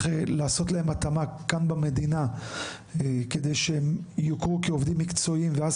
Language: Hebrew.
לעשות להם התאמה כאן במדינה כדי שיוכרו כעובדים מקצועיים ואז